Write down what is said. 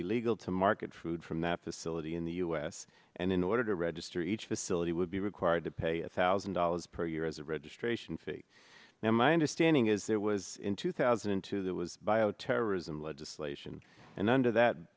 illegal to market food from that facility in the u s and in order to register each facility would be required to pay a thousand dollars per year as a registration fee now my understanding is there was in two thousand and two that was bioterrorism legislation and under that